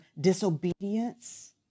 disobedience